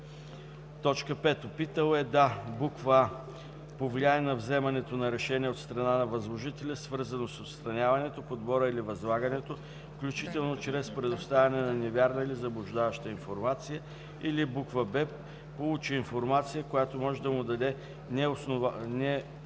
5. опитал е да: а) повлияе на вземането на решение от страна на възложителя, свързано с отстраняването, подбора или възлагането, включително чрез предоставяне на невярна или заблуждаваща информация, или б) получи информация, която може да му даде неоснователно